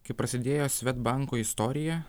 kai prasidėjo svedbanko istorija